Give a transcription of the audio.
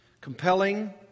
compelling